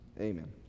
Amen